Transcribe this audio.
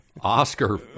Oscar